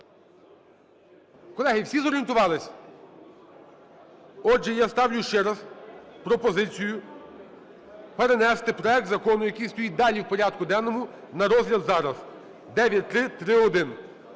Колеги, всі зорієнтувались? Отже, я ставлю ще раз пропозицію перенести проект Закону, який стоїть далі в порядку денному на розгляд зараз 9331.